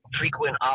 frequent